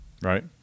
Right